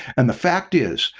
and the fact is,